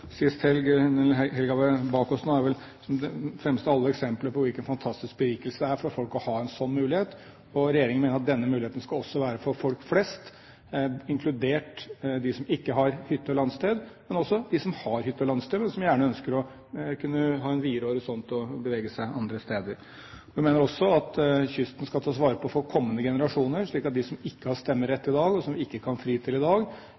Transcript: er vel det fremste av alle eksempler på hvilken fantastisk berikelse det er for folk å ha en sånn mulighet. Regjeringen mener at denne muligheten også skal være for folk flest, inkludert de som ikke har hytte eller landsted, men også de som har hytte eller landsted, men som gjerne ønsker å kunne ha en videre horisont, og bevege seg andre steder. Vi mener også at kysten skal tas vare på for kommende generasjoner, slik at de som ikke har stemmerett i dag, og som vi ikke kan fri til i dag,